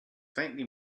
faintly